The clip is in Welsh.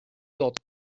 ddod